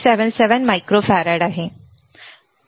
77 microfarad आहे बरोबर